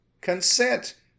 consent